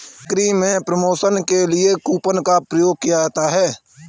बिक्री में प्रमोशन के लिए कूपन का प्रयोग किया जाता है